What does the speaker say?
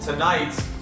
Tonight